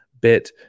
bit